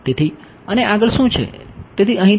તેથી અને આગળ શું છે